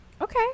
Okay